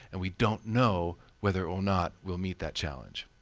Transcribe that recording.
and we don't know whether or not we'll meet that challenge.